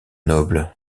nobles